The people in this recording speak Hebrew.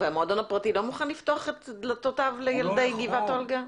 המועדון הפרטי לא מוכן לפתוח את דלתותיו לילדי גבעת אולגה?